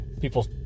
people